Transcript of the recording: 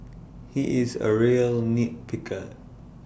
he is A real nit picker